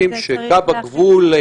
אחודים שקו הגבול,